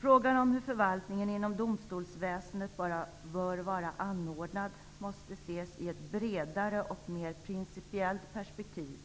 Frågan om hur förvaltningen inom domstolsväsendet bör vara anordnad måste ses i ett bredare och mer principiellt perspektiv